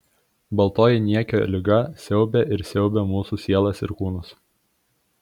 baltoji niekio liga siaubė ir siaubia mūsų sielas ir kūnus